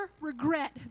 regret